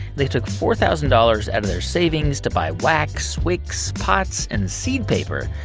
they took four thousand dollars out of their savings to buy wax, wicks, pots and seed paper.